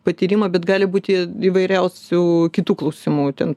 patyrimą bet gali būti įvairiausių kitų klausimų ten